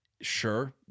Sure